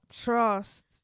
Trust